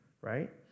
right